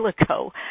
ago